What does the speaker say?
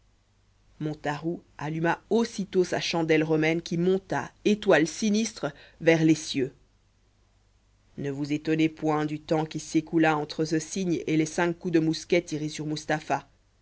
montaroux alluma aussitôt sa chandelle romaine qui monta étoile sinistre vers les cieux ne vous étonnez point du temps qui s'écoula entre ce signe et les cinq coups de mousquet tirés sur mustapha